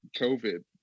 covid